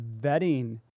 vetting